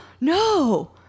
no